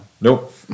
Nope